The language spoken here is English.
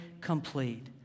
complete